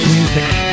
Music